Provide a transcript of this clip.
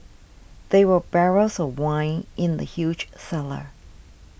there were barrels of wine in the huge cellar